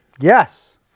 Yes